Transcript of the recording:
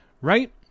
Right